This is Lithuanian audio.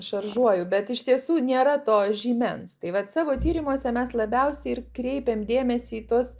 šaržuoju bet iš tiesų nėra to žymens tai vat savo tyrimuose mes labiausiai ir kreipiam dėmesį į tuos